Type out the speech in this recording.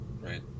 Right